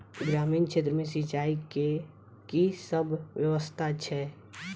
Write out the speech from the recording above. ग्रामीण क्षेत्र मे सिंचाई केँ की सब व्यवस्था छै?